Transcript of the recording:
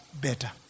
better